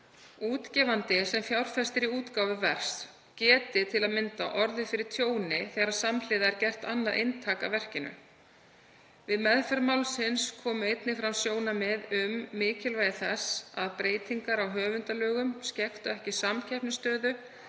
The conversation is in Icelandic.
Útgefandi sem fjárfestir í útgáfu verks geti til að mynda orðið fyrir tjóni þegar samhliða er gert annað eintak af verki. Við meðferð málsins komu einnig fram sjónarmið um mikilvægi þess að breytingar á höfundalögum skekktu ekki samkeppnisstöðu